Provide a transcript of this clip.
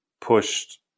pushed